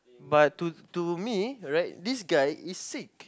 but to to me right this guy is sick